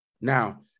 Now